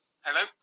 Hello